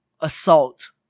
Assault